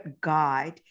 guide